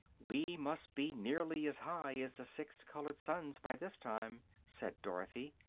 we must be nearly as high as the six colored suns, by this time, said dorothy.